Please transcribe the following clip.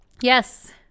yes